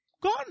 gone